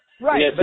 Right